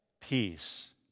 peace